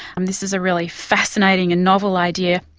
um this is a really fascinating and novel idea.